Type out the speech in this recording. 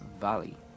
valley